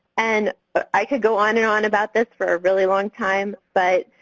and i could go on and on about this for a really long time, but